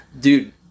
Dude